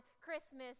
Christmas